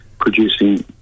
producing